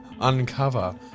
uncover